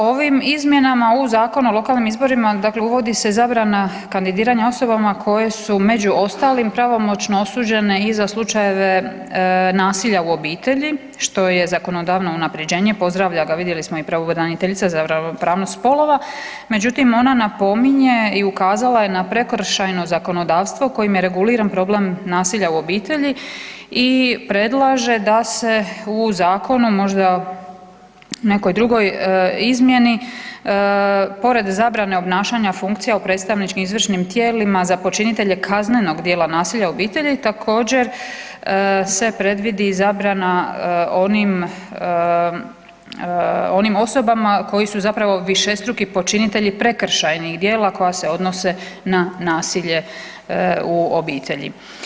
Ovim izmjenama u Zakonu o lokalnim izborima dakle uvodi se zabrana kandidiranja osobama koje su, među ostalim, pravomoćno osuđene i za slučajeve nasilja u obitelji, što je zakonodavno unaprjeđenje, pozdravlja ga, vidjelo smo i pravobraniteljica za ravnopravnost spolova, međutim, ona napominje i ukazala je na prekršajno zakonodavstvo kojim je reguliran problem nasilja u obitelji i predlaže da se u zakon, možda nekoj drugoj izmjeni, pored zabrane obnašanja funkcija u predstavničkim i izvršnim tijelima, za počinitelje kaznenog djela nasilja u obitelji također, se predvidi zabrana onim osobama koje su zapravo višestruki počinitelji prekršajnih djela, koja se odnose na nasilje u obitelji.